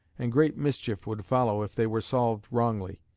and great mischief would follow if they were solved wrongly.